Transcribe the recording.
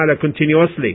continuously